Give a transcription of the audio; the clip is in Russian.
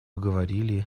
говорили